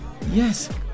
Yes